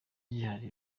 gihari